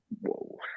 whoa